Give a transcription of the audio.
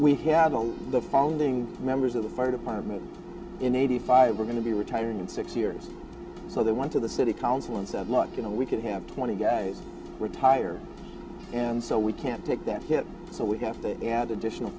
all the founding members of the fire department in eighty five were going to be retiring in six years so they went to the city council and said look you know we could have twenty guys retire and so we can't take that hit so we have to add